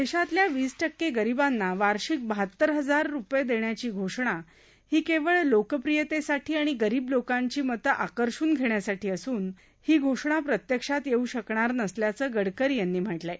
देशातल्या वीस टक्के गरिबांना वार्षिक बहात्तर हजार रुपये देण्याची घोषणा ही केवळ लोकप्रियतेसाठी आणि गरीब लोकांची मतं आकर्षून घेण्यासाठी असून ही घोषणा प्रत्यक्षात येऊ शकणार नसल्याचं गडकरी यांनी म्हटलंय